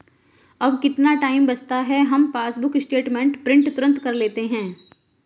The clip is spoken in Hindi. अब कितना टाइम बचता है, हम पासबुक स्टेटमेंट प्रिंट तुरंत कर लेते हैं